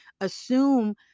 assume